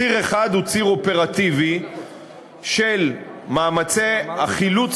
ציר אחד הוא ציר אופרטיבי של מאמצי החילוץ